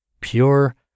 pure